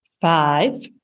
five